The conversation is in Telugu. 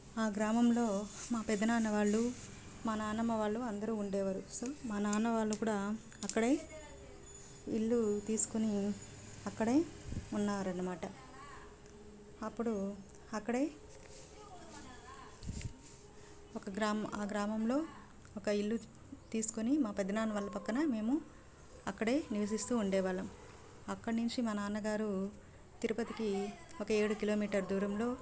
ఆ గ్రామంలో మా పెదనాన్న వాళ్ళు మా నాన్నమ్మ వాళ్ళు అందరు ఉండేవారు సో మా నాన్న వాళ్ళు కూడా అక్కడే ఇల్లు తీసుకుని అక్కడ ఉన్నారన్నమాట అప్పుడు అక్కడ ఒక గ్రామ ఆ గ్రామంలో ఒక ఇల్లు తీసుకొని మా పెద్దనాన్న వాళ్ళ పక్కన మేము అక్కడే నివసిస్తూ ఉండే వాళ్ళం అక్కడి నుంచి మా నాన్నగారు తిరుపతికి ఒక ఏడు కిలోమీటర్ల దూరంలో